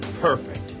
perfect